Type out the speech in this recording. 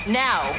now